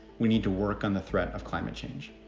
we need to work on the threat of climate change.